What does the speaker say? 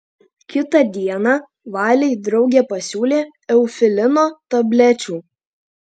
kitą dieną valei draugė pasiūlė eufilino tablečių